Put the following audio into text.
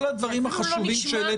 כל הדברים החשובים והגדולים שהעלית,